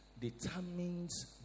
determines